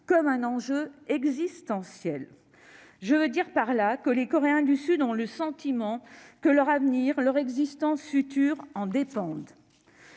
comme un enjeu existentiel. Je veux dire par là que les Coréens du Sud ont le sentiment que leur avenir, leur existence future en dépendent.